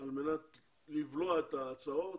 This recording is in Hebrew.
על מנת לבלוע את ההצעות